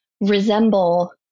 resemble